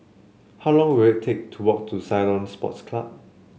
how long will it take to walk to Ceylon Sports Club